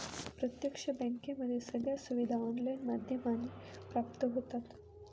प्रत्यक्ष बँकेमध्ये सगळ्या सुविधा ऑनलाईन माध्यमाने प्राप्त होतात